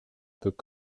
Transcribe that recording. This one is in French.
peut